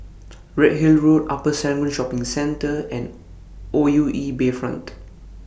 Redhill Road Upper Serangoon Shopping Centre and O U E Bayfront